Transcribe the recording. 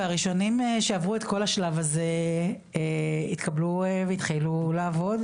והראשונים שעברו את כל השלב הזה התקבלו והתחילו לעבוד.